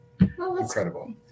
incredible